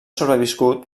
sobreviscut